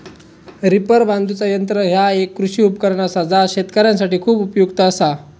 reaper बांधुचा यंत्र ह्या एक कृषी उपकरण असा जा शेतकऱ्यांसाठी खूप उपयुक्त असा